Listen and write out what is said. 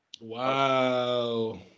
Wow